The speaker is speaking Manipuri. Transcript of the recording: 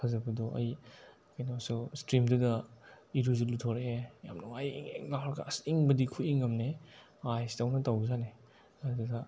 ꯐꯖꯕꯗꯣ ꯑꯩ ꯀꯩꯅꯣꯁꯨ ꯏꯁꯇ꯭ꯔꯤꯝꯗꯨꯗ ꯏꯔꯨꯁꯨ ꯂꯨꯊꯣꯔꯛꯑꯦ ꯌꯥꯝ ꯅꯨꯡꯉꯥꯏ ꯏꯪ ꯏꯪ ꯂꯥꯎꯔꯒ ꯑꯁ ꯏꯪꯕꯗꯤ ꯈꯨꯏꯪ ꯑꯃꯅꯤ ꯑꯥꯏꯁ ꯇꯧꯅ ꯇꯧꯕꯖꯥꯠꯅꯤ ꯑꯗꯨꯗ